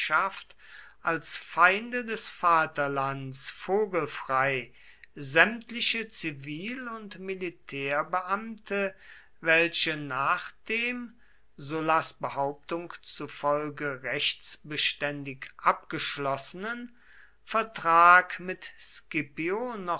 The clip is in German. als feinde des vaterlands vogelfrei sämtliche zivil und militärbeamte welche nach dem sullas behauptung zufolge rechtsbeständig abgeschlossenen vertrag mit